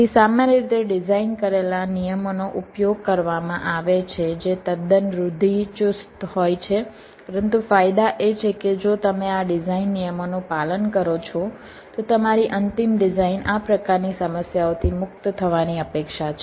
તેથી સામાન્ય રીતે ડિઝાઇન કરેલા નિયમોનો ઉપયોગ કરવામાં આવે છે જે તદ્દન રૂઢિચુસ્ત હોય છે પરંતુ ફાયદા એ છે કે જો તમે આ ડિઝાઇન નિયમોનું પાલન કરો છો તો તમારી અંતિમ ડિઝાઇન આ પ્રકારની સમસ્યાઓથી મુક્ત થવાની અપેક્ષા છે